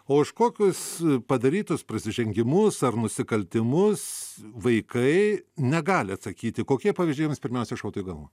o už kokius padarytus prasižengimus ar nusikaltimus vaikai negali atsakyti kokie pavyzdžiai jiems pirmiausia šautų į galvą